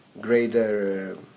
greater